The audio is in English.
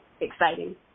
exciting